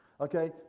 Okay